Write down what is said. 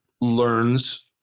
learns